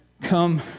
come